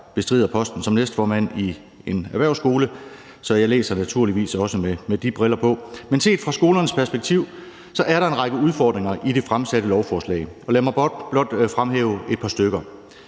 bestrider posten som næstformand i en erhvervsskole, så jeg læser naturligvis også med de briller på – er der en række udfordringer i det fremsatte lovforslag. Lad mig blot fremhæve et par stykker.